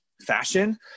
fashion